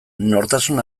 nortasun